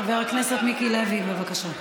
חבר הכנסת מיקי לוי, בבקשה.